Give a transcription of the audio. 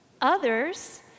Others